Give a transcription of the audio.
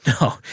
No